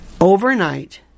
overnight